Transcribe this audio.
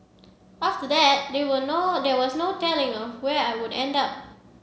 after that they were no there was no telling of where I would end up